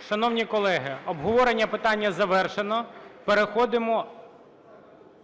Шановні колеги, обговорення питання завершено.